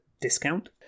discount